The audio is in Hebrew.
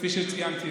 כפי שציינתי,